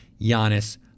Giannis